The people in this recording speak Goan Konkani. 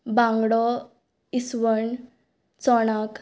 बांगडो इसवण चोणाक